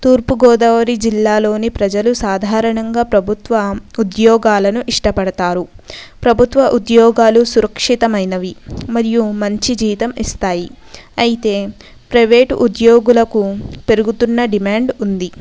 తూర్పు గోదావరి జిల్లాలోని ప్రజలు సాధారణంగా ప్రభుత్వ ఉద్యాగాలను ఇష్టపడుతారు ప్రభుత్వ ఉద్యోగాలు సురక్షితమైనవి మరియు మంచి జీతం ఇస్తాయి అయితే ప్రైవేటు ఉద్యోగులకు పెరుగుతున్న డిమాండ్ ఉంది